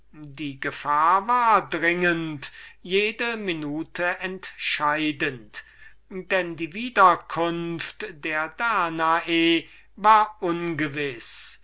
die gefahr war dringend jede minute war so zu sagen entscheidend denn die wiederkunft der danae war ungewiß